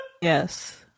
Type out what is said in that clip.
Yes